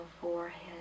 forehead